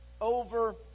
over